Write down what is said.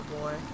boy